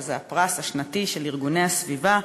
שזה הפרס השנתי של ארגוני הסביבה.